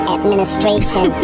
Administration